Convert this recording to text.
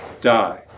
die